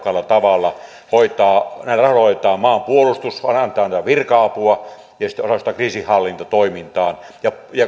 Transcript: tehokkaalla tavalla näillä rahoilla hoidetaan maan puolustus voidaan antaa virka apua ja ja sitten osallistutaan kriisinhallintatoimintaan ja